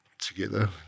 together